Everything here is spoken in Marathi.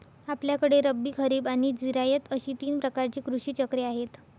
आपल्याकडे रब्बी, खरीब आणि जिरायत अशी तीन प्रकारची कृषी चक्रे आहेत